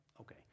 okay